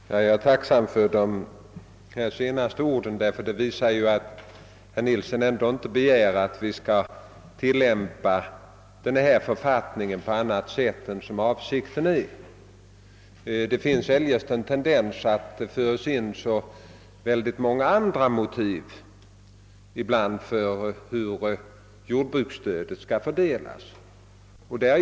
Herr talman! Jag är tacksam för de sista orden i herr Nilssons anförande. De visade att herr Nilsson inte begär att vi skall tillämpa författningen på annat sätt än som är avsett. Det finns eljest en tendens att föra in många andra motiv för hur jordbruksstödet skall fördelas.